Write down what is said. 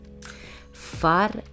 Far